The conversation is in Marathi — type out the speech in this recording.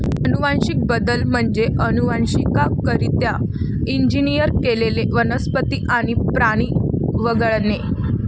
अनुवांशिक बदल म्हणजे अनुवांशिकरित्या इंजिनियर केलेले वनस्पती आणि प्राणी वगळणे